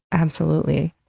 absolutely.